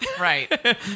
Right